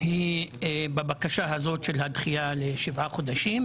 היא בבקשה הזאת של הדחייה לשבעה חודשים.